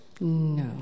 No